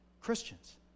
Christians